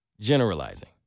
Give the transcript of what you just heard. generalizing